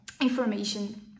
information